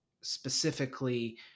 specifically